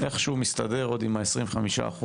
איכשהו מסתדר עם ה-25%,